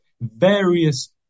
various